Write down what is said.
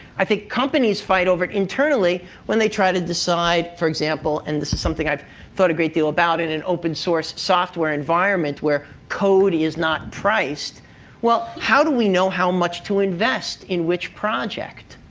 i think companies fight over it internally when they try to decide, for example and this is something i've thought a great deal about in an open source software environment where code is not priced well, how do we know how much to invest in which project,